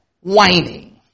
whining